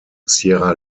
sierra